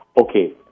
Okay